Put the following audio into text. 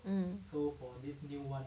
mm